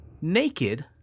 naked